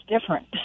different